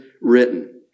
written